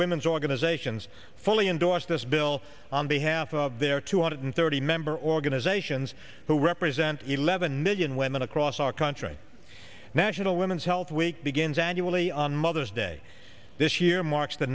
women's organizations fully endorsed this bill on behalf of their two hundred thirty member organizations who represent eleven million women across our country national women's health week begins annually on mother's day this year marks the